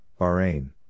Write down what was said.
Bahrain